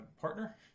partner